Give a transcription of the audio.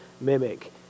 mimic